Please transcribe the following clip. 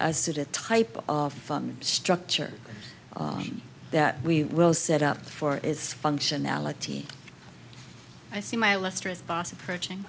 as to the type of structure that we will set up for is functionality i see my lustrous boss approaching